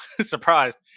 surprised